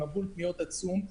עם מבול פניות עצום.